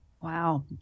Wow